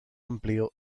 amplio